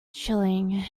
chilling